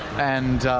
and